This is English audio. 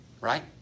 Right